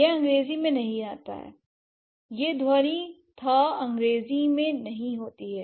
यह अंग्रेजी में नहीं होता है या ध्वनि θअंग्रेजी में नहीं होती है